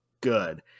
good